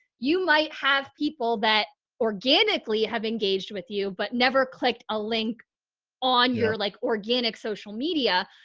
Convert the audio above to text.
you might have people that organically have engaged with you but never clicked a link on your like organic social media.